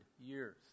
years